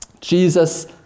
Jesus